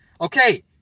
Okay